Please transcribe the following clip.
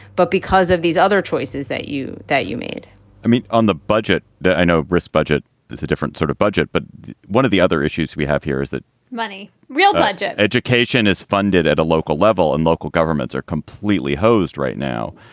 but because of these other choices that you that you made i mean, on the budget, i know this budget is a different sort of budget, but one of the other issues we have here is that money, real budget education is funded at a local level and local governments are completely hosed right now.